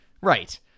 right